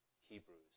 Hebrews